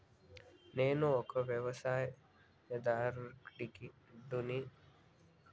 నేను ఒక వ్యవసాయదారుడిని నాకు ఋణం పొందే అర్హత ఉందా?